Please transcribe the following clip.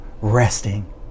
resting